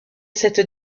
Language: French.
cette